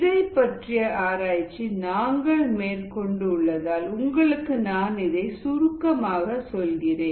இதைப் பற்றிய ஆராய்ச்சி நாங்கள் மேற்கொண்டு உள்ளதால் உங்களுக்கு நான் இதை சுருக்கமாக சொல்கிறேன்